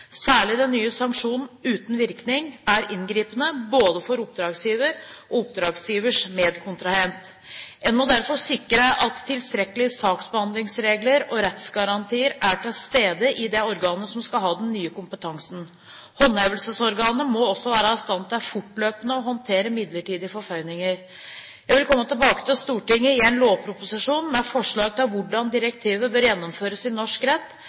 Særlig den nye sanksjonen «uten virkning» er inngripende, både for oppdragsgiver og for oppdragsgivers medkontrahent. En må derfor sikre at tilstrekkelige saksbehandlingsregler og rettssikkerhetsgarantier er til stede i det organet som skal ha den nye kompetansen. Håndhevelsesorganet må også være i stand til fortløpende å håndtere midlertidige forføyninger. Jeg vil komme tilbake til Stortinget i en lovproposisjon med forslag til hvordan direktivet bør gjennomføres i norsk rett,